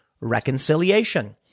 reconciliation